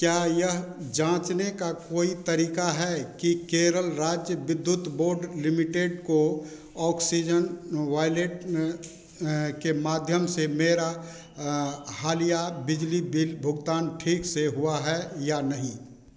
क्या यह जाँचने का कोई तरीका है कि केरल राज्य विद्युत बोर्ड लिमिटेड को ऑक्सीजन वॉलेट के माध्यम से मेरा हालिया बिजली बिल भुगतान ठीक से हुआ है या नहीं